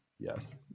yes